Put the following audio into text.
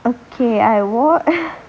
okay I watch